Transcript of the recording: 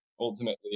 ultimately